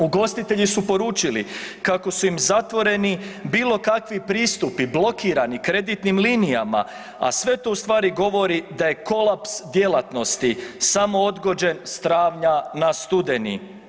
Ugostitelji su poručili kako su im zatvoreni bilo kakvi pristupi, blokirani kreditnim linijama, a sve to u stvari govori da je kolaps djelatnosti samo odgođen s travnja na studeni.